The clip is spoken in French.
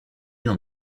dans